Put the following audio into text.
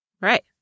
Right